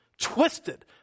Twisted